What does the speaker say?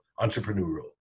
entrepreneurial